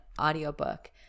audiobook